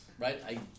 right